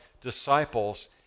disciples